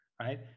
right